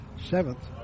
seventh